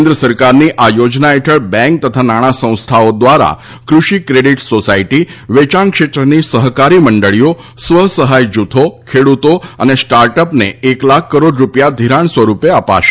કેન્દ્ર સરકારની આ યોજના હેઠળ બેન્ક તથા નાણાં સંસ્થાઓ દ્વારા કૃષિ ક્રેડિટ સોસાયટી વેયાણ ક્ષેત્રની સહકારી મંડળીઓ સ્વ સહાય જૂથો ખેડૂતો અને સ્ટાર્ટઅપને એક લાખ કરોડ રૂપિયા ઘિરાણ સ્વરૂપે અપાશે